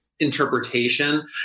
interpretation